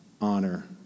honor